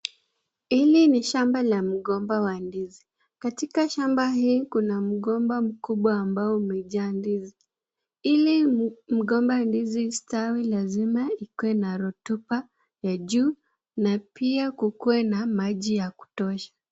Hili ni shamba la mgomba wa ndizi, katika shamba hii kuna mgomba mkubwa ambao umejaa ndizi, ili mgomba wa ndizi istawi lazima ikue na rotupa, ya juu, na pia kukuwe na maji ya kutosha.